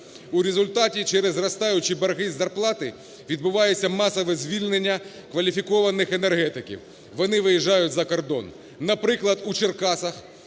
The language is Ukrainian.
У результаті, через зростаючі борги з зарплати відбуваються масові звільнення кваліфікованих енергетиків. Вони виїжджають за кордон. Наприклад, у Черкасах